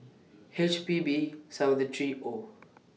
H P B seventy three O